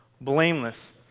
blameless